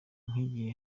nk’igihe